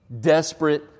desperate